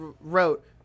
wrote